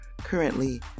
currently